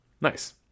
Nice